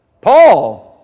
Paul